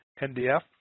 NDF